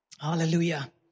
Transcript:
Hallelujah